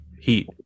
heat